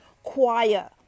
Choir